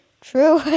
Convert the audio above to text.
True